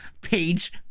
page